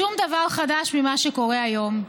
שום דבר חדש ממה שקורה היום.